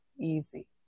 easy